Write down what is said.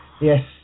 Yes